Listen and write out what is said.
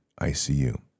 ICU